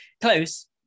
Close